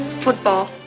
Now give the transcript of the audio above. Football